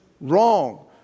wrong